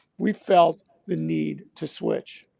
we felt the need to switch.